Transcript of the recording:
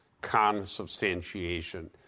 consubstantiation